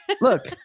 Look